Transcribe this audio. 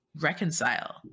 reconcile